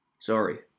Sorry